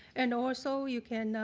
and also you can,